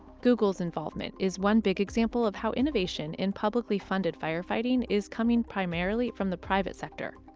google's involvement is one big example of how innovation in publicly funded firefighting is coming primarily from the private sector.